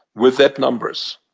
with that numbers,